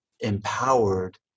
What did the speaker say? empowered